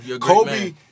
Kobe